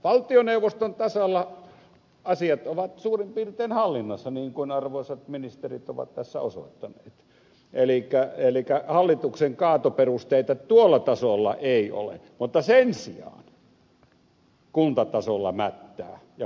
valtioneuvoston tasalla asiat ovat suurin piirtein hallinnassa niin kuin arvoisat ministerit ovat tässä osoittaneet elikkä hallituksen kaatoperusteita tuolla tasolla ei ole mutta sen sijaan kuntatasolla mättää ja pahemman kerran